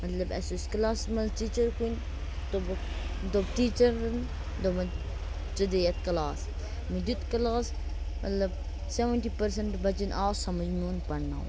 مَطلَب اَسہِ ٲسۍ کلاس مَنٛز ٹیٖچَر کُنہ تہٕ بہٕ دوٚپ ٹیٖچَرَن دوٚپُن ژٕ دِ یتھ کلاس مےٚ دیُت کلاس مَطلَب سیٚوَنٹی پرسَنٹ بَچَن آو سَمجھ میون پَرناوُن